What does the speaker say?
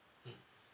mmhmm